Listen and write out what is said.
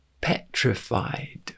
Petrified